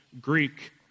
Greek